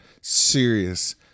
serious